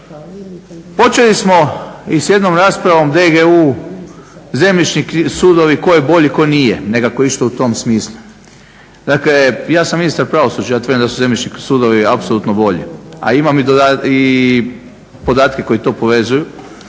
Počeli smo i s jednom raspravom … zemljišni sudovi, tko je bolji, tko nije, nekako je išlo u tom smislu. Dakle ja sam ministar pravosuđa, ja tvrdim da su zemljišni sudovi apsolutno bolji, a imam i podatke koji to povezuju